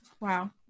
Wow